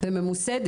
שם היא ממוסדת,